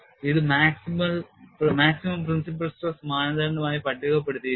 ഇത് maximum principle stress മാനദണ്ഡമായി പട്ടികപ്പെടുത്തിയിരിക്കുന്നു